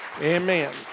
Amen